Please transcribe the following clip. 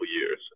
years